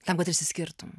tam kad išsiskirtum